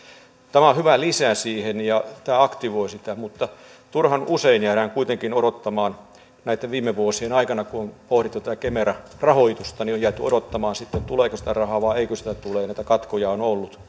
tämä on on hyvä lisä siihen ja tämä aktivoi sitä mutta turhan usein kuitenkin näitten viime vuosien aikana kun on pohdittu kemera rahoitusta on jääty odottamaan tuleeko sitä rahaa vai eikö sitä tule ja katkoja on ollut